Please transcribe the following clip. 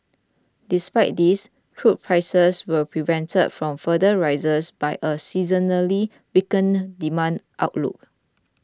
despite this crude prices were prevented from further rises by a seasonally weakening demand outlook